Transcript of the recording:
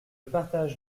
partage